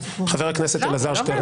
חבר הכנסת אלעזר שטרן,